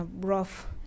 rough